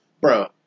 bro